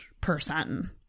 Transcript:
person